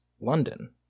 London